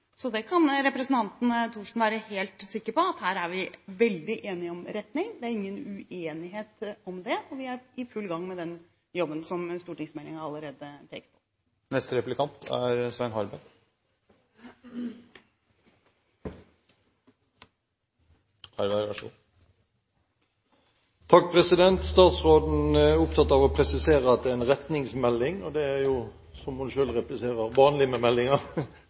Så representanten Thorsen kan være helt sikker på at her er vi veldig enige om retning – det er ingen uenighet om den – og vi er i full gang med den jobben som stortingsmeldingen allerede peker på. Statsråden er opptatt av å presisere at dette er en retningsmelding, og det er jo – som hun selv repliserer – det vanlige med